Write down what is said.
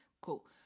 Cool